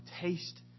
taste